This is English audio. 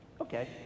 Okay